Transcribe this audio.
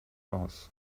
aus